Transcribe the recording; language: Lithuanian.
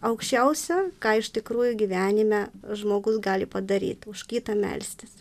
aukščiausia ką iš tikrųjų gyvenime žmogus gali padaryt už kitą melstis